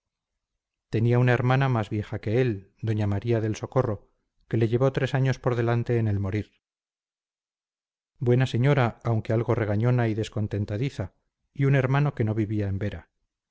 tenía una hermana más vieja que él doña maría del socorro que le llevó tres años por delante en el morir buena señora aunque algo regañona y descontentadiza y un hermano que no vivía en vera